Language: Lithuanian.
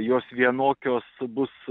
jos vienokios bus